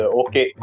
okay